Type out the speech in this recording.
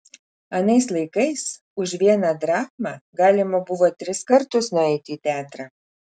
anais laikais už vieną drachmą galima buvo tris kartus nueiti į teatrą